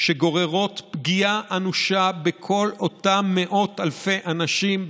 שגוררות פגיעה אנושה בכל אותם מאות אלפי אנשים,